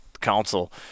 council